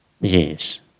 Yes